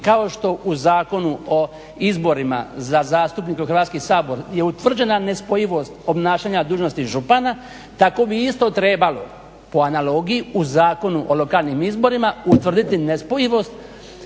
kap što po Zakonu o izborima za zastupnika u Hrvatski sabor je utvrđena nespojivost obnašanja dužnosti župana, tako bi isto trebalo po analogiji u Zakonu u lokalnim izborima utvrditi nespojivost